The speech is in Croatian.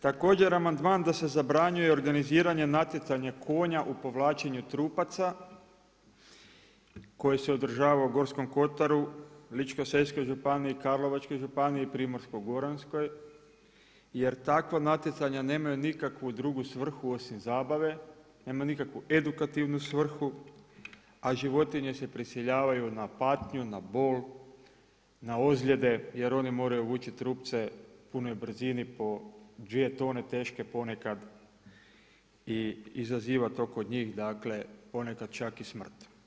Također amandman da se zabranjuje organiziranje natjecanja konja u povlačenju trupaca koje se održava u Gorskom kotaru, Ličko-senjskoj županiji, Karlovačkoj županiji, Primorsko-goranskoj jer takva natjecanja nemaju nikakvu drugu svrhu osim zabave, nema nikakvu edukativnu svrhu, a životinje se prisiljavaju na patnju, na bol, na ozljede jer oni moraju vući trupce u punoj brzini po dvije tone teške ponekad i izaziva to kod njih ponekad čak i smrt.